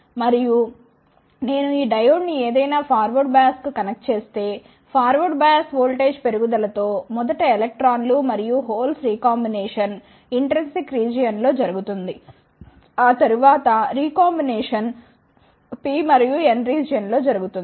మరియు నేను ఈ డయోడ్ను ఏదైనా ఫార్వర్డ్ బయాస్ను కనెక్ట్ చేస్తే ఫార్వర్డ్ బయాస్ వోల్టేజ్ పెరుగుదల తో మొదట ఎలక్ట్రాన్లు మరియు హోల్స్ రీకాంబినేషన్ ఇంట్రిన్సిక్ రీజియన్ లో జరుగుతుంది ఆ తరువాత రీకాంబినేషన్ P మరియు N రీజియన్ లో జరుగుతుంది